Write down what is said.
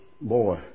boy